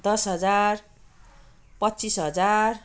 दस हजार पच्चिस हजार